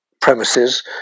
premises